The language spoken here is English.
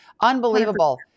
Unbelievable